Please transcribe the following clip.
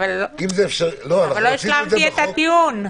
אין היגיון.